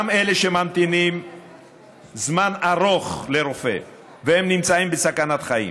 גם אלה שממתינים זמן ארוך לרופא והם נמצאים בסכנת חיים,